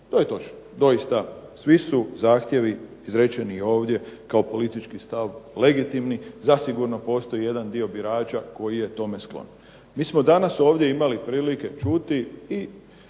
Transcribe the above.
To je točno, doista svi su zahtjevi izrečeni ovdje kao politički stav, legitimni, zasigurno postoji jedan dio birača koji je tome sklon. MI smo imali ovdje danas prilike čuti